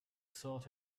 sort